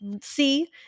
see